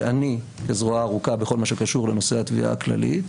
ואני כזרועה הארוכה בכל מה שקשור לנושא התביעה הכללית,